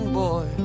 boy